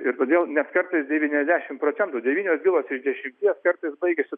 ir todėl nes kartais devyniasdešimt procentų devynios bylos iš dešimties kartais baigiasi